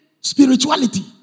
spirituality